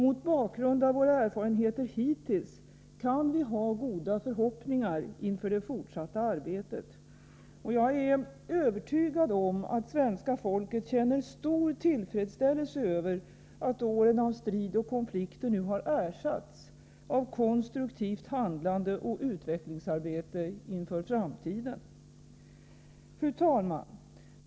Mot bakgrund av våra erfarenheter hittills kan vi ha goda förhoppningar inför det fortsatta arbetet, och jag är övertygad om att svenska folket känner stor tillfredsställelse över att åren av strid och konflikter nu har ersatts av konstruktivt handlande och utvecklingsarbete inför framtiden. Fru talman!